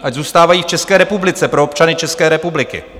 Ať zůstávají v České republice pro občany České republiky.